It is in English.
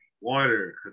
Water